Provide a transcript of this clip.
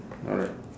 alright